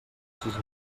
sis